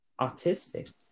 autistic